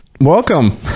Welcome